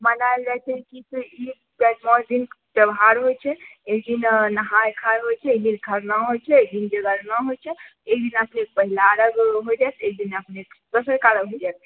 मनाएल जाइ छै कि से ई चारि पाँच दिनके त्यौहार होइ छै एकदिन नहाय खाय होइ छै एकदिन खरना होइ छै एकदिन जगरना होइ छै एकदिना फिर पहिला अर्घ्य होइ जायत एकदिना अपने दोसरे हो जायत